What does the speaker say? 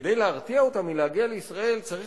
כדי להרתיע אותם מלהגיע לישראל צריך